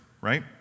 right